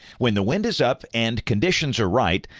when the wind is up and conditions are right,